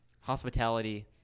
hospitality